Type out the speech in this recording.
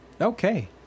Okay